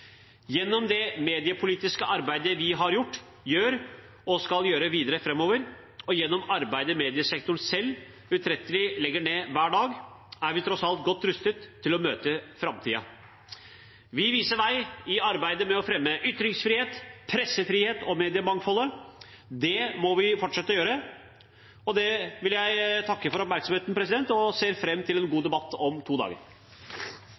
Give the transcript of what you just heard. Gjennom det mediepolitiske arbeidet vi har gjort, gjør og skal gjøre videre framover, og gjennom arbeidet mediesektoren selv utrettelig legger ned hver dag, er vi tross alt godt rustet til å møte framtiden. Vi viser vei i arbeidet med å fremme ytringsfrihet, pressefrihet og mediemangfoldet. Det må vi fortsette å gjøre. Med dette vil jeg takke for oppmerksomheten og ser fram til en god debatt om to dager.